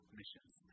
missions